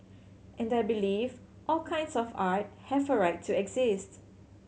and I believe all kinds of art have a right to exist